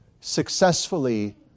successfully